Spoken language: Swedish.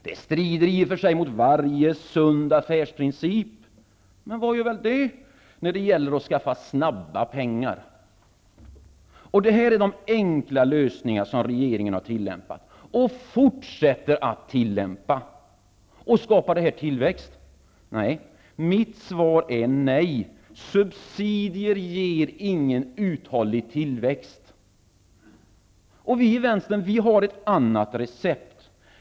Det strider i och för sig mot varje sund affärsprincip. Men vad gör väl det, när det gäller att skaffa snabba pengar. Detta är de enkla lösningar som regeringen har tillämpat och fortsätter tillämpa. Skapar detta tillväxt? Mitt svar är nej. Subsidier ger ingen uthållig tillväxt. Vi i vänstern har ett annat recept.